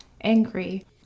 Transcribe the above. angry